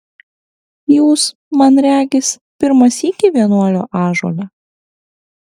jūs man regis pirmą sykį vienuolio ąžuole